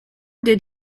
did